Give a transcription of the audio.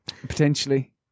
potentially